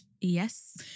Yes